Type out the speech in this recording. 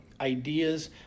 ideas